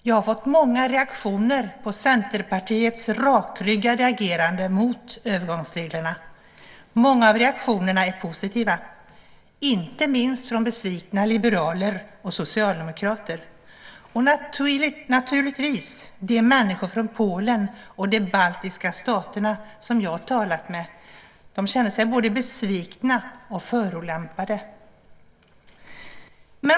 Jag har fått många reaktioner på Centerpartiets rakryggade agerande mot övergångsreglerna. Många av reaktionerna är positiva, inte minst från besvikna liberaler och socialdemokrater. Naturligtvis känner sig de människor från Polen och de baltiska staterna som jag har talat med både besvikna och förolämpade.